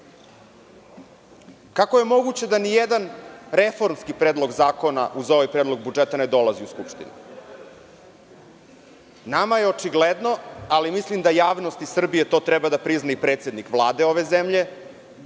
je moguće da nijedan reformski predlog zakona uz ovaj Predlog budžeta ne dolazi u Skupštinu? Nama je očigledno, ali mislim da javnost i Srbija to treba da prizna i predsednik Vlade ove zemlje,